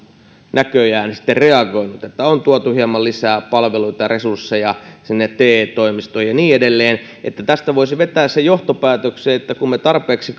näköjään sitten reagoinut on tuotu hieman lisää palveluita ja resursseja sinne te toimistoihin ja niin edelleen tästä voisi vetää sen johtopäätöksen että kun me tarpeeksi